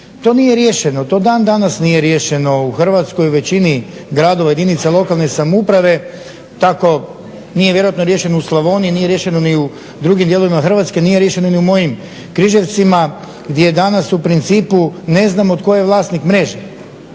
To nije riješeno. To dan danas nije riješeno u Hrvatskoj u većini gradova, jedinica lokalne samouprave tako nije vjerojatno riješeno u Slavoniji, nije riješeno ni u drugim dijelovima Hrvatske, nije riješeno ni u mojim Križevcima gdje danas u principu ne znamo tko je vlasnik mreže.